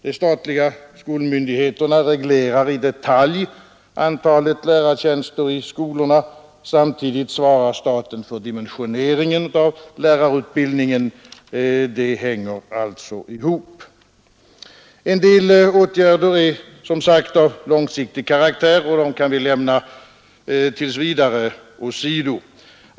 De statliga skolmyndigheterna reglerar i detalj antalet lärartjänster i skolorna och samtidigt svarar staten för dimensioneringen av lärarutbildningen. Det hänger alltså ihop. En del åtgärder är som sagt av långsiktig karaktär, och dem kan vi tills vidare lämna åsido.